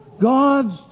God's